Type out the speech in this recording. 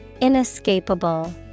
Inescapable